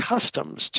Customs